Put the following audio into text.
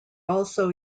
also